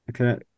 okay